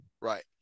Right